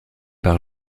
par